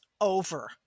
over